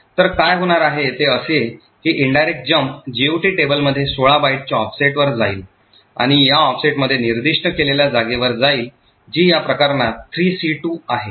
तर काय होणार आहे ते असे की indirect jump जीओटी टेबलमध्ये 16 बाइटच्या ऑफसेटवर जाईल आणि या ऑफसेटमध्ये निर्दिष्ट केलेल्या जागेवर जाईल जी या प्रकरणात 3c2 आहे